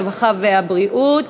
הרווחה והבריאות